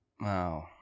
Wow